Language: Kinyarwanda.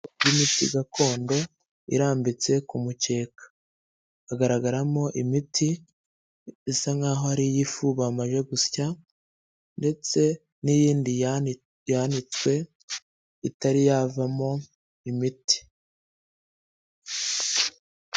Ni imiti gakondo irambitse ku mukeka, hagaragaramo imiti isa nkaho ari iy'ifu bamaze gusya ndetse n'iyindi yanitswe itari yavamo imiti.